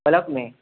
ब्लॉकमे